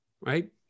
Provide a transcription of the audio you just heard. right